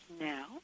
now